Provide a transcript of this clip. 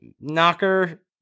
knocker